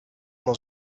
dans